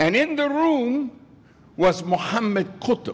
and in the room was mohammad cooked